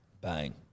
Bang